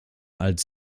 als